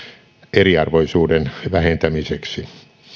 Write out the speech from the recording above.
eriarvoisuuden vähentämiseksi